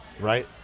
right